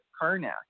karnak